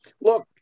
look